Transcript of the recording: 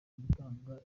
gutanga